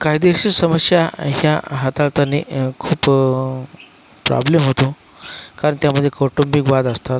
कायदेशीर समस्या ह्या हाताळताना खूप प्रॉब्लेम होतो कारण त्यामध्ये कौटुंबिक वाद असतात